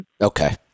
Okay